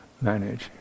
manage